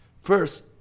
First